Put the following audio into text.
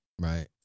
Right